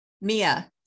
Mia